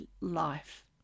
life